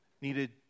needed